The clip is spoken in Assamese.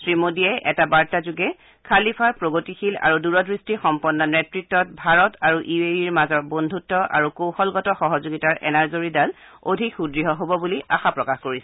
শ্ৰী মোদীয়ে এটা বাৰ্তাযোগে খালিফাৰ প্ৰগতিশীল আৰু দূৰদৃষ্টিসম্পন্ন নেতৃত্বত ভাৰত আৰু ইউ এ ইৰ মাজৰ বন্ধুত্ব আৰু কৌশলগত সহযোগিতাৰ এনাজৰীডাল অধিক সুদ্য় হ'ব বুলি আশা প্ৰকাশ কৰিছে